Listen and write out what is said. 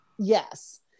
Yes